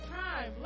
time